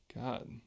God